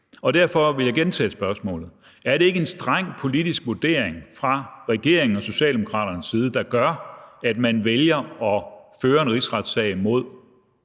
Derfor vil jeg gentage spørgsmålet: Er det ikke en streng politisk vurdering fra regeringen og Socialdemokraternes side, der gør, at man vælger at føre en rigsretssag mod